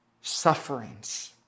sufferings